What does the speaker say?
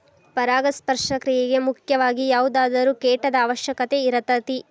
ಪರಾಗಸ್ಪರ್ಶ ಕ್ರಿಯೆಗೆ ಮುಖ್ಯವಾಗಿ ಯಾವುದಾದರು ಕೇಟದ ಅವಶ್ಯಕತೆ ಇರತತಿ